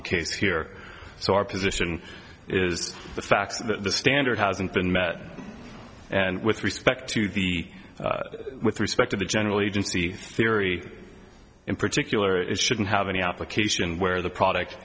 the case here so our position is the facts are that the standard hasn't been met and with respect to the with respect to the general agency theory in particular it shouldn't have any application where the product